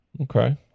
Okay